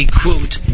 quote